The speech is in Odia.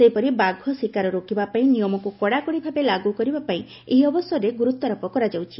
ସେହିପରି ବାଘ ଶିକାର ରୋକିବାପାଇଁ ନିୟମକୁ କଡ଼ାକଡ଼ି ଭାବେ ଲାଗୁ କରିବାପାଇଁ ଏହି ଅବସରରେ ଗୁରୁତ୍ୱାରୋପ କରାଯାଉଛି